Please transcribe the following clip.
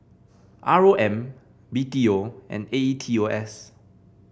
R O M B T O and A E T O S